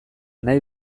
nahi